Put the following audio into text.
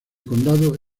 condado